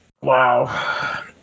Wow